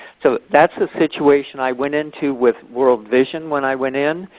so that's the situation i went into with world vision when i went in.